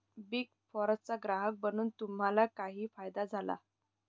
Big फोरचा ग्राहक बनून तुम्हाला काही फायदा झाला?